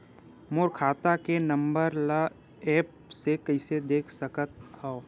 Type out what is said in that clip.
मोर खाता के नंबर ल एप्प से कइसे देख सकत हव?